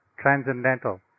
transcendental